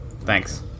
thanks